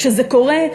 כשזה קורה,